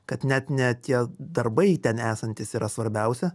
kad net ne tie darbai ten esantys yra svarbiausia